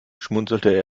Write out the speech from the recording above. schmunzelte